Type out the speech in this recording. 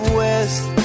west